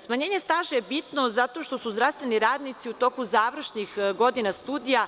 Smanjenje staža je bitno zato što su zdravstveni radnici u toku završnih godina studija